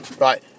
Right